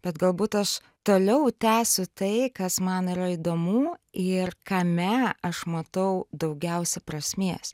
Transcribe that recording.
bet galbūt aš toliau tęsiu tai kas man yra įdomu ir kame aš matau daugiausia prasmės